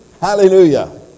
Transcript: Hallelujah